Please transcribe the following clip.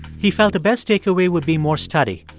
he felt the best takeaway would be more study.